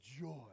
joy